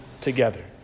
together